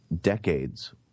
decades